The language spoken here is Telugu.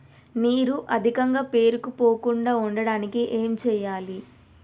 నీరు అధికంగా పేరుకుపోకుండా ఉండటానికి ఏం చేయాలి?